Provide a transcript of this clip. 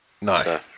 No